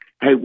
Hey